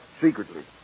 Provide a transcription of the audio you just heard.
secretly